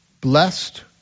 Blessed